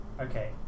Okay